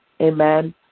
amen